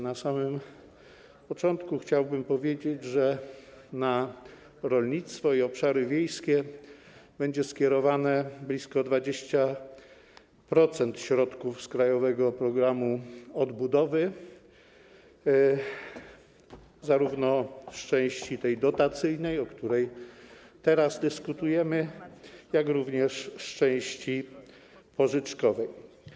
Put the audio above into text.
Na samym początku chciałbym powiedzieć, że na rolnictwo i obszary wiejskie będzie skierowane blisko 20% środków z krajowego programu odbudowy, zarówno z tej części dotacyjnej, o której teraz dyskutujemy, jak i z części pożyczkowej.